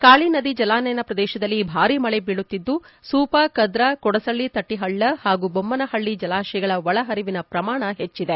ಕಾಳಿ ನದಿ ಜಲಾನಯನ ಪ್ರದೇಶದಲ್ಲಿ ಭಾರೀ ಮಳೆ ಬಿಳಿತ್ತಿದ್ದು ಸೂಪಾ ಕದ್ರಾ ಕೊಡಸಳ್ಳಿ ತಟ್ಟಿಹಳ್ಳ ಹಾಗೂ ಬೊಮ್ಮನಹಳ್ಳಿ ಜಲಾಶಯಗಳ ಒಳ ಹರಿವಿನ ಪ್ರಮಾಣ ಹೆಚ್ಚಿದೆ